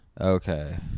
Okay